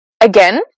again